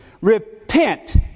Repent